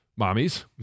mommies